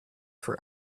for